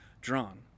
drawn